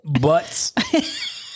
Butts